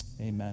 Amen